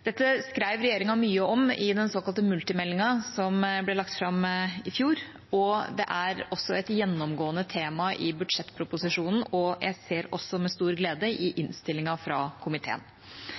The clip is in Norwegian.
Dette skrev regjeringa mye om i den såkalte mulitmeldinga som ble lagt fram i fjor. Det er også et gjennomgående tema i budsjettproposisjonen, og jeg ser med stor glede også i innstillinga fra komiteen.